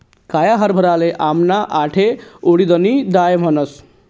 काया हरभराले आमना आठे उडीदनी दाय म्हणतस